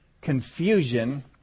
confusion